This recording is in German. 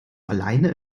alleine